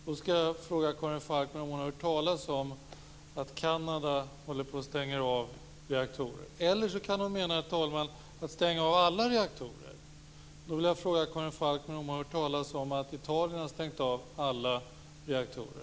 Jag vill därför fråga om Karin Falkmer om hon har hört talas om att Kanada håller på att stänga reaktorer. Å andra sidan kan hon, herr talman, mena avstängning av alla reaktorer. Jag vill då fråga Karin Falkmer om hon har hört talas om att Italien har stängt av alla sina reaktorer.